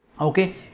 okay